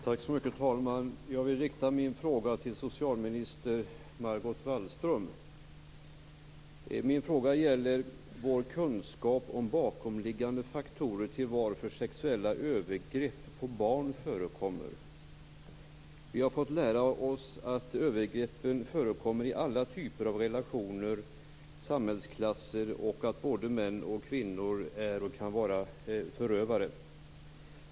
Herr talman! Jag vill rikta min fråga till socialminister Margot Wallström. Den gäller vår kunskap om bakomliggande faktorer till varför sexuella övergrepp mot barn förekommer. Vi har fått lära oss att övergreppen förekommer i alla typer av relationer och samhällsklasser samt att både män och kvinnor är och kan vara förövare.